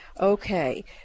Okay